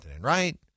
right